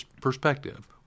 perspective